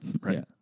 Right